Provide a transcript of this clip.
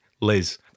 Liz